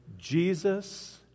Jesus